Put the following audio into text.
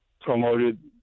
promoted